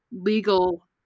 legal